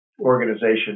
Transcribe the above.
organization